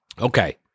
Okay